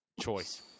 choice